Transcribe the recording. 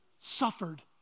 suffered